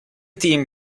team